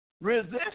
Resist